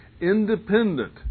independent